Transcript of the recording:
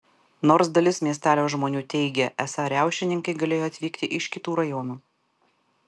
nors dalis miestelio žmonių teigė esą riaušininkai galėjo atvykti iš kitų rajonų